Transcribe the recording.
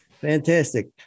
Fantastic